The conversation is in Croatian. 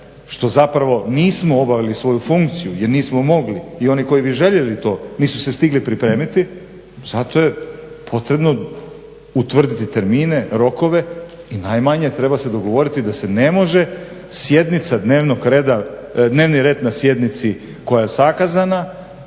što zapravo nismo obavili svoju funkciju jer nismo mogli i oni koji bi željeli to nisu se stigli pripremiti zato je potrebno utvrditi termine, rokove i najmanje treba se dogovoriti da se ne može dnevni red na sjednici koja je zakazana